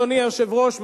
אדוני היושב-ראש,